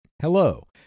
Hello